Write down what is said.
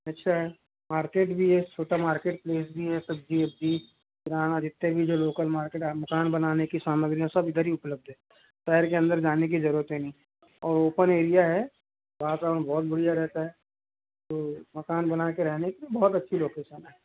अच्छा है मार्केट भी है छोटा मार्केट प्लेस भी है सब्ज़ी वब्ज़ी किराना जीतने भी जो लोकल मार्केट मकान बनाने की सामग्रीयाँ सब इधर ही उपलब्ध है शहर के अंदर जाने की ज़रूरत नहीं वो ओपन एरिया है वहाँ पर हम बहुत बढ़िया रहता है तो मकान बना के रहने के लिए बहुत अच्छी लोकेशन है